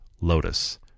Lotus